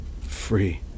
Free